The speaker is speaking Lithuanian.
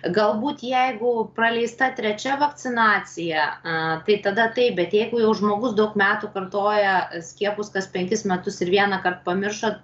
galbūt jeigu praleista trečia vakcinacija a tai tada taip bet jeigu žmogus daug metų kartoja skiepus kas penkis metus ir vienąkart pamiršo